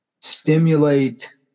stimulate